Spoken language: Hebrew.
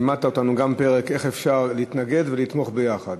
לימדת אותנו גם פרק איך אפשר להתנגד ולתמוך ביחד,